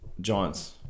Giants